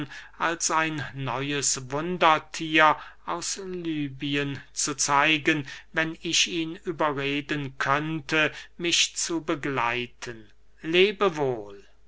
als ein neues wunderthier aus lybien zu zeigen wenn ich ihn überreden könnte mich zu begleiten